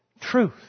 truth